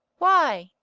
why?